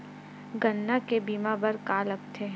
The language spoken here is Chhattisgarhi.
गन्ना के बीमा बर का का लगथे?